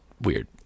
weird